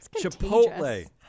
Chipotle